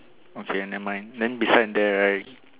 okay never mind then beside there right